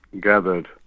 gathered